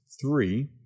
three